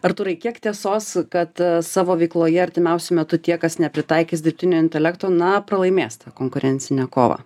artūrai kiek tiesos kad savo veikloje artimiausiu metu tie kas nepritaikys dirbtinio intelekto na pralaimės tą konkurencinę kovą